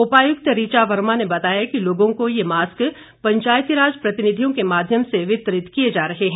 उपायुक्त ऋचा वर्मा ने बताया कि लोगों को ये मास्क पंचायती राज प्रतिनिधियों के माध्यम से वितरित किए जा रहे हैं